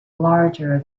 larger